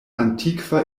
antikva